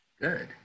Good